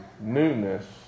newness